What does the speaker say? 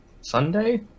Sunday